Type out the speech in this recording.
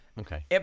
Okay